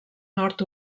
nord